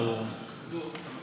מה אתה מציע?